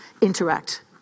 interact